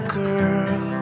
girl